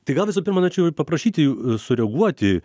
tai gal visų pirma norėčiau ir paprašyti ju sureaguoti